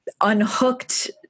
unhooked